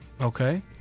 okay